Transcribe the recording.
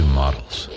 models